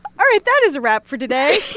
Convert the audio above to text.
all right, that is a wrap for today